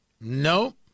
Nope